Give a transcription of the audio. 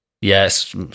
yes